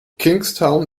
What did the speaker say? kingstown